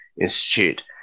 Institute